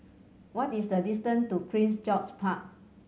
what is the distance to Prince George's Park